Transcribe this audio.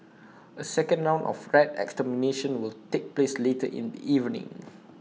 A second round of rat extermination will take place later in the evening